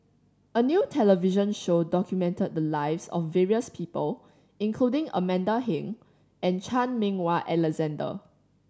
a new television show documented the lives of various people including Amanda Heng and Chan Meng Wah Alexander